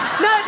No